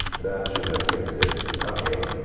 that should have fixed it ok,